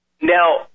Now